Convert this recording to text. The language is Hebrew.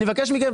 אני מבקש מכם,